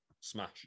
smash